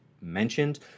mentioned